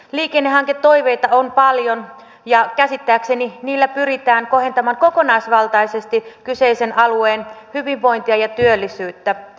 liikennehanketoiveita on paljon ja käsittääkseni niillä pyritään kohentamaan kokonaisvaltaisesti kyseisen alueen hyvinvointia ja työllisyyttä